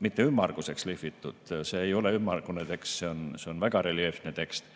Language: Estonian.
mitte ümmarguseks lihvitud, see ei ole ümmargune tekst, see on väga reljeefne tekst